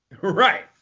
Right